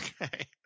Okay